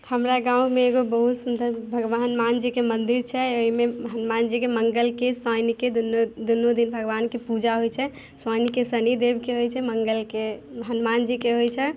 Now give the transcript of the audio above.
हमरा गाममे एगो बहुत सुन्दर भगवान हनुमान जीके मन्दिर छै ओहिमे हनुमानजीके मङ्गलके शनिके दुनू दुनू दिन भगवानके पूजा होइ छनि शनिके शनिदेवके होइ छै मङ्गलके हनुमानजी के होइ छनि